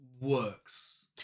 works